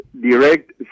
direct